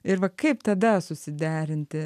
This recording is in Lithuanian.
ir va kaip tada susiderinti